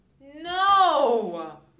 no